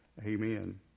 Amen